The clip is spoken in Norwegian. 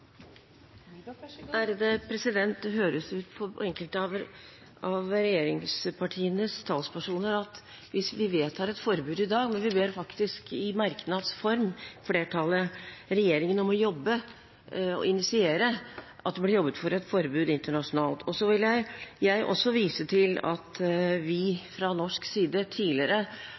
Det høres ut som – fra enkelte av regjeringspartienes talspersoner – at hvis vi vedtar et forbud i dag, når flertallet i merknads form ber regjeringen om å jobbe og initiere, vil det bli jobbet for et forbud internasjonalt. Jeg vil vise til at vi fra norsk side tidligere har snakket om å gjøre atomvåpen ulovlig. Jeg vil vise til